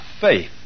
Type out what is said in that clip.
faith